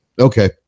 Okay